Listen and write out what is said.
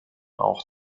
auch